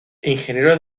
ingeniero